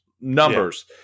numbers